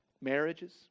Marriages